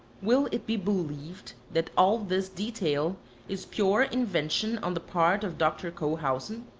will it be believed that all this detail is pure invention on the part of dr. cohausen?